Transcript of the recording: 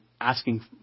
asking